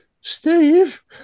Steve